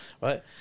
right